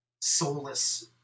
soulless